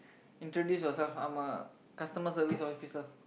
introduce yourself I'm a customer service officer